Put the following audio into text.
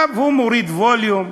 עכשיו הוא מוריד ווליום,